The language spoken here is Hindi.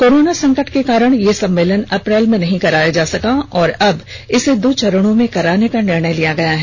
कोरोना संकट के कारण यह सम्मेलन अप्रैल में नहीं कराया जा सका और अब इसे दो चरणों में कराने का निर्णय लिया गया है